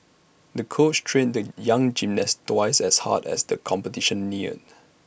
the coach trained the young gymnast twice as hard as the competition neared